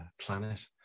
planet